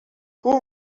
who